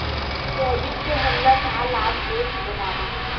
Credit से हमला का लाभ हे बतावव?